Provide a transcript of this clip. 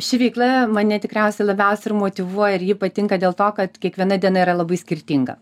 ši veikla mane tikriausiai labiausiai ir motyvuoja ir ji patinka dėl to kad kiekviena diena yra labai skirtinga